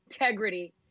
integrity